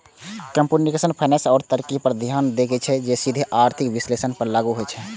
computational finance ओइ तरीका पर ध्यान दै छै, जे सीधे आर्थिक विश्लेषण पर लागू होइ छै